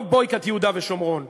לא Boycott יהודה ושומרון,